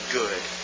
good